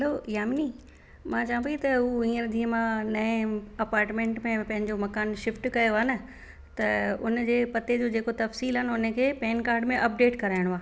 हलो यामी मां चा पई त हू हींअर जीअं मां नए अपार्टमेंट में पंहिंजो मकान शिफ्ट कयो आहे न त उन जे पते जो जेको तफ़सील आहे न उन खे पैन कार्ड में अपडेट कराइणो आहे